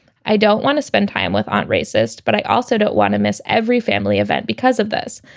i don't want to spend time with aunt racist, but i also don't want to miss every family event because of this.